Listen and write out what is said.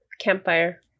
Campfire